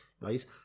right